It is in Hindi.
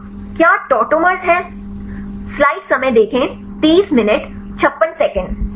तो क्या tautomers है